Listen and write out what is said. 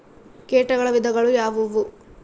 ಕೇಟಗಳ ವಿಧಗಳು ಯಾವುವು?